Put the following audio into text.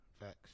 facts